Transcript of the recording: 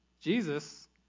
Jesus